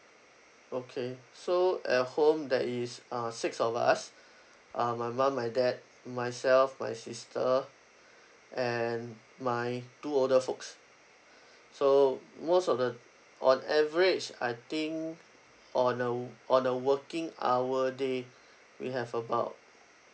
okay so at home there is uh six of us uh my mum my dad myself my sister and my two older folks so most of the on average I think on a w~ on a working hour day we have about